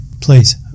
Please